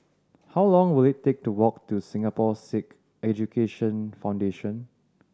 how long will it take to walk to Singapore Sikh Education Foundation